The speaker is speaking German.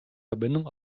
verbindung